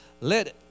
Let